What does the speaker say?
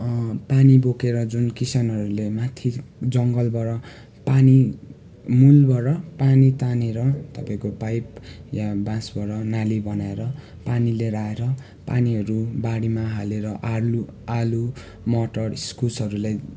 पानी बोकेर जुन किसानहरूले माथि जङ्गलबाट पानी मूलबाट पानी तानेर तपाईँको पाइप या बाँसबाट नाली बनाएर पानी लिएर आएर पानीहरू बारीमा हालेर आलु आलु मटर इस्कुसहरूलाई